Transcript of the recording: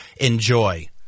enjoy